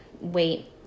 wait